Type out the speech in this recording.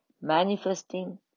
manifesting